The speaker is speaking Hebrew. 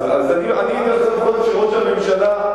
הוא הבטיח את זה.